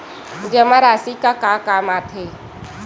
जमा राशि का काम आथे?